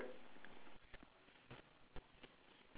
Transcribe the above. uh yes correct there's a potato on top of is it